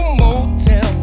motel